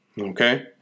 Okay